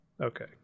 Okay